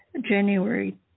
January